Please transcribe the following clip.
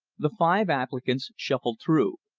the five applicants shuffled through.